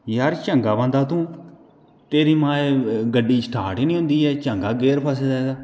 यार चंगा बंदा तूं तेरी माए गड्डी स्टार्ट निं होंदी ऐ चंगा गियर फसे दा ऐ